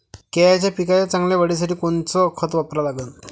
केळाच्या पिकाच्या चांगल्या वाढीसाठी कोनचं खत वापरा लागन?